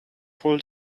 pull